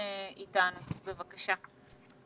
בבקשה.